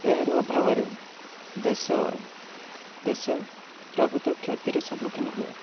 ଏହାର ଅଭାବରେ ଦେଶ ଦେଶ ପ୍ରଭୁତ୍ୱ କ୍ଷତିରେ ସମ୍ମୁଖୀନ ହୁଏ